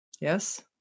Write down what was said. Yes